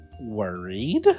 worried